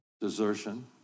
desertion